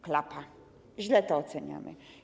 Klapa, źle to oceniamy.